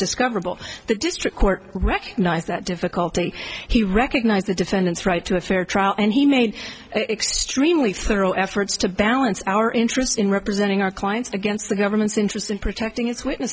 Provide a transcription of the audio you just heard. discoverable the district court recognized that difficulty he recognized the defendant's right to a fair trial and he made it extremely thorough efforts to balance our interests in representing our clients against the government's interest in protecting